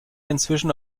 inzwischen